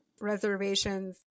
reservations